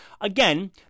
Again